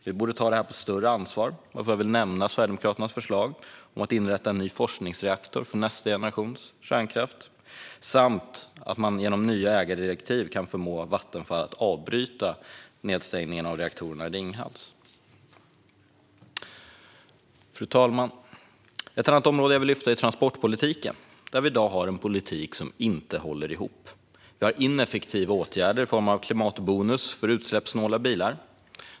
Vi borde ta detta på större allvar, och därför vill jag nämna Sverigedemokraternas förslag om att inrätta en ny forskningsreaktor för nästa generations kärnkraft och att genom nya ägardirektiv förmå Vattenfall att avbryta nedstängningen av reaktorerna i Ringhals. Fru talman! Ett annat område jag vill lyfta upp är transportpolitiken, som i dag inte håller ihop. Vi har ineffektiva åtgärder i form av klimatbonus för utsläppssnåla bilar.